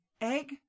egg